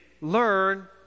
learn